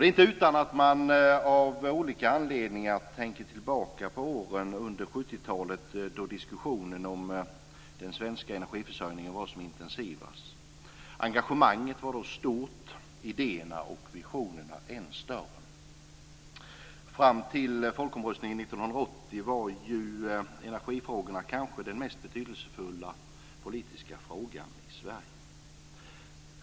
Det är inte utan att man av olika anledningar tänker tillbaka på åren under 70-talet då diskussionen om den svenska energiförsörjningen var som intensivast. Engagemanget var då stort, idéerna och visionerna än större. Fram till folkomröstningen 1980 var ju energifrågorna kanske den mest betydelsefulla politiska frågan i Sverige.